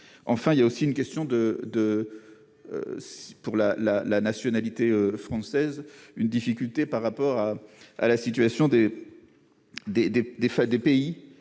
enfin il y a aussi une question de de 6 pour la la la nationalité française, une difficulté par rapport à la situation des, des,